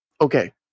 Okay